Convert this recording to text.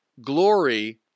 glory